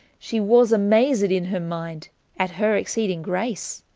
she was amazed in her minde at her exceeding grace.